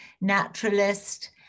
naturalist